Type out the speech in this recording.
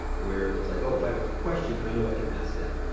where it's like, if i have a question, i know i can ask them.